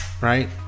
right